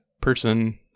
person